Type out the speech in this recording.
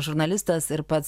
žurnalistas ir pats